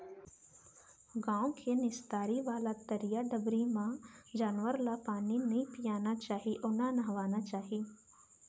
गॉँव के निस्तारी वाला तरिया डबरी म जानवर ल पानी नइ पियाना चाही अउ न नहवाना चाही